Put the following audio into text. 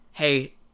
hey